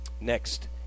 Next